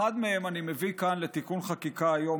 אחד מהם אני מביא כאן כתיקון חקיקה היום,